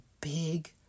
big